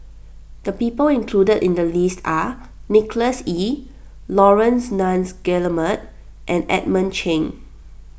the people included in the list are Nicholas Ee Laurence Nunns Guillemard and Edmund Cheng